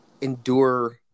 endure